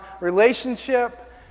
relationship